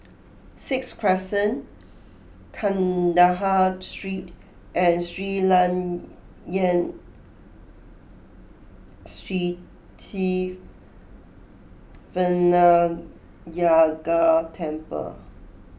Sixth Crescent Kandahar Street and Sri Layan Sithi Vinayagar Temple